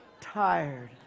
tired